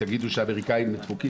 אם תגידו שהאמריקאי לא טוב,